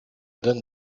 than